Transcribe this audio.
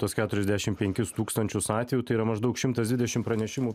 tuos keturiasdešimt penkis tūkstančius atvejų tai yra maždaug šimtas dvidešimt pranešimų